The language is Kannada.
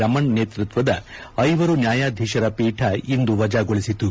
ರಮಣ್ ನೇತೃತ್ವದ ಐವರು ನ್ಯಾಯಾಧೀಶರ ಪೀಠ ಇಂದು ವಜಾಗೊಳಿಸಿತು